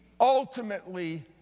ultimately